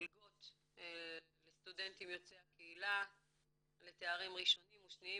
מלגות לסטודנטים יוצאי הקהילה לתארים ראשונים ושניים,